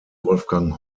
wolfgang